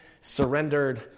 surrendered